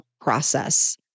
process